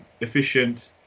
efficient